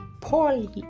poorly